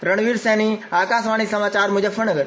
रणवीर सिंह सैनी आकाशवाणी समाचार मुजफ्फरनगर